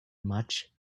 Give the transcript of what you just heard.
much